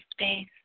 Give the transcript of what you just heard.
space